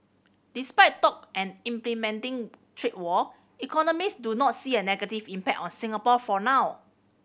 despite talk an implementing trade war economists do not see a negative impact on Singapore for now